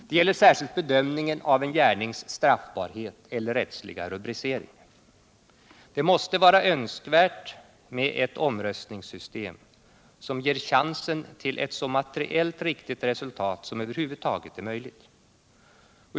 Det gäller särskilt bedömningen av en gärnings straffbarhet eller rättsliga rubricering. Det måste vara önskvärt med ett omröstningssystem som ger chansen till ett så materiellt riktigt resultat som över huvud taget är möjligt.